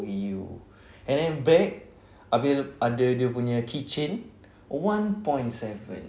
and then bag abeh ada dia punya keychain one point seven